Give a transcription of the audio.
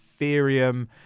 ethereum